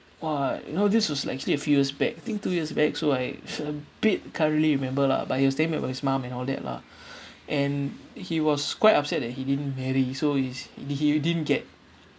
!wah! you know this was like actually a few years back I think two years back so I a bit can't really remember lah but he was telling me about his mom and all that lah and he was quite upset that he didn't marry so he's he didn't get